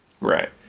Right